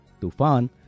Tufan